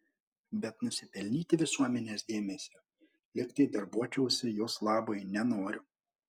bet nusipelnyti visuomenės dėmesio lyg tai darbuočiausi jos labui nenoriu